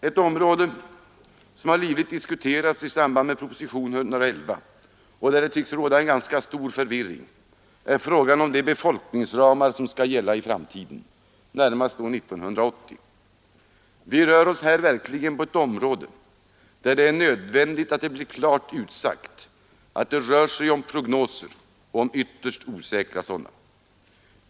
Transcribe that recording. Ett område som har livligt diskuterats i samband med propositionen 111 och där det tycks råda en ganska stor förvirring — är frågan om de befolkningsramar som skall gälla i framtiden, närmast då 1980. Vi rör oss här verkligen på ett område där det är nödvändigt att det blir klart utsagt att det gäller prognoser och ytterst osäkra sådana.